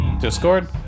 Discord